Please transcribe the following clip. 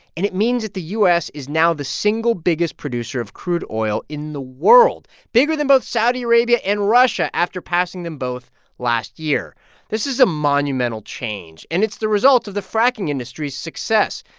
and it means that the u s. is now the single biggest producer of crude oil in the world, bigger than both saudi arabia and russia after passing them both last year this is a monumental change, and it's the result of the fracking industry's success.